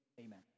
Amen